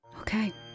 Okay